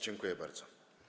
Dziękuję bardzo.